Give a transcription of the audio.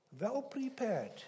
well-prepared